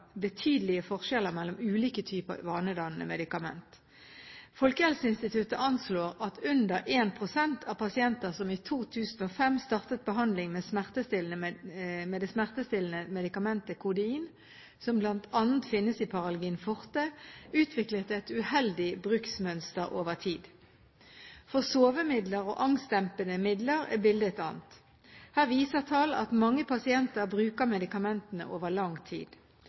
betydelige forskjeller mellom ulike typer vanedannende medikamenter. Folkehelseinstituttet anslår at under 1 pst. av pasienter som i 2005 startet behandling med det smertestillende medikamentet kodein, som bl.a. finnes i Paralgin forte, utviklet et uheldig bruksmønster over tid. For sovemidler og angstdempende midler er bildet et annet. Her viser tall at mange pasienter bruker medikamentene over lang tid.